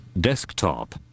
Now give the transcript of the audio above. Desktop